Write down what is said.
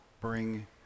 bring